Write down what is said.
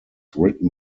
written